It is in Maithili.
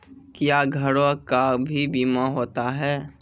क्या घरों का भी बीमा होता हैं?